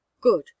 Good